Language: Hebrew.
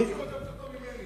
אתה מכיר אותם יותר טוב ממני.